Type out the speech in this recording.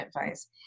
advice